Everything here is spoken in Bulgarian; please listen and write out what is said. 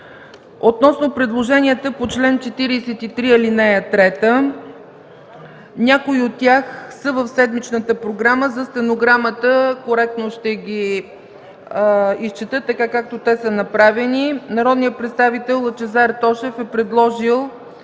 Относно предложенията по чл. 43, ал. 3 – някои от тях са в седмичната програма. За стенограмата коректно ще ги изчета, така както те са направени. Народният представител Лъчезар Тошев е предложил